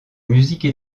musique